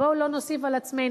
בואו לא נוסיף על עצמנו.